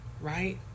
right